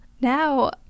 Now